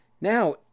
Now